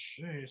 Jeez